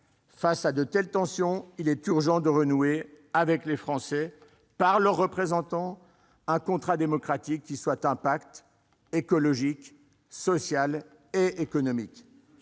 Face à de telles tensions, il est urgent de renouer avec les Français, par le biais de leurs représentants, un contrat démocratique qui soit un pacte écologique, social et économique.